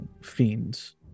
fiends